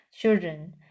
Children